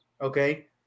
Okay